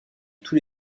tous